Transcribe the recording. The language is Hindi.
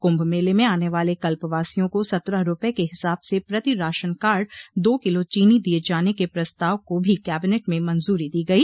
कुंभ मेले में आने वाले कल्पवासियों को सत्रह रूपये के हिसाब से प्रति राशनकार्ड दो किलो चीनी दिये जाने के प्रस्ताव को भी कैबिनेट में मंजूरी दी गई